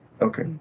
Okay